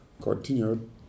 continued